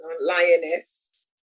lioness